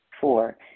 Four